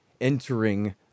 entering